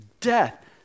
death